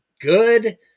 good